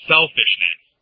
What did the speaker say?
Selfishness